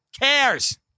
cares